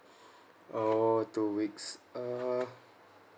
orh two weeks uh